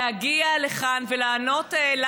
להגיע לכאן ולענות לנו,